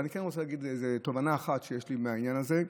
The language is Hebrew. אבל אני כן רוצה להגיד איזו תובנה אחת שיש לי מהעניין הזה,